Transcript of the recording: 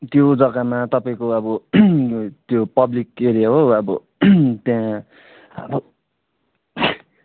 त्यो जग्गामा तपाईँको अब त्यो पब्लिक एरिया हो अब त्यहाँ